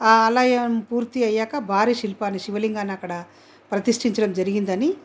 ఆ ఆలయం పూర్తి అయ్యాక భారీ శిల్పాన్ని శివలింగాన్ని అక్కడ ప్రతిష్టించడం జరిగిందని